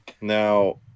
Now